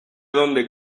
donde